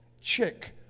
chick